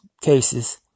cases